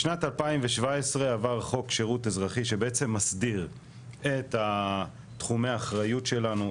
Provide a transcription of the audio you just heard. בשנת 2017 עבר חוק שירות אזרחי שבעצם מסדיר את תחומי האחריות שלנו,